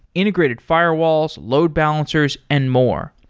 integrated fi rewalls, load balancers and more.